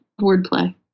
wordplay